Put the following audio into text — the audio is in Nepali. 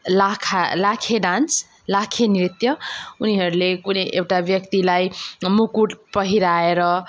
लाखा लाखे डान्स लाखे नृत्य उनीहरूले कुनै एउटा व्यक्तिलाई मुकुट पहिराएर